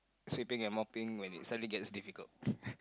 sweeping and mopping when it suddenly gets difficult